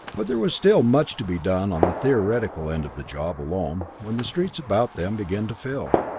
but there was still much to be done on the theoretical end of the job alone when the streets about them began to fill.